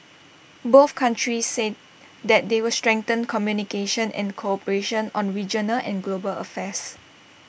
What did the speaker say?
both countries said that they will strengthen communication and cooperation on regional and global affairs